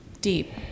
deep